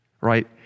right